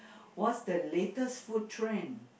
what's the latest food trend